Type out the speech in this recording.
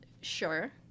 sure